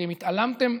אתם התעלמתם.